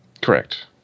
Correct